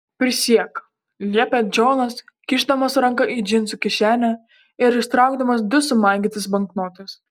prisiek liepė džonas kišdamas ranką į džinsų kišenę ir ištraukdamas du sumaigytus banknotus